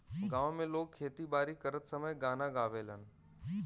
गांव में लोग खेती बारी करत समय गाना गावेलन